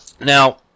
Now